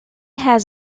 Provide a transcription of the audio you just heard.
has